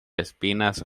espinas